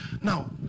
Now